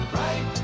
right